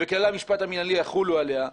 וכללי המשפט המינהלי יחולו עליה.